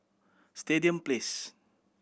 Stadium Place